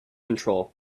control